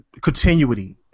continuity